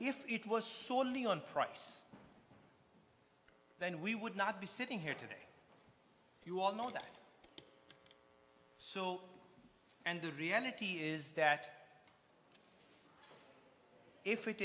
if it was solely on price then we would not be sitting here today you all know that so and the reality is that if it